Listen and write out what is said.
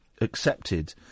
accepted